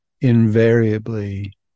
invariably